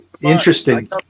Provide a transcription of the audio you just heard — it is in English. interesting